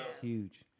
Huge